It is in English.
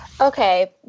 Okay